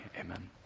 Amen